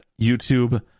YouTube